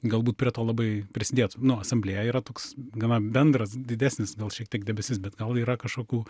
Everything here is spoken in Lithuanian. galbūt prie to labai prisidėtų nu asamblėja yra toks gana bendras didesnis gal šiek tiek debesis bet gal yra kažkokių